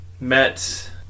met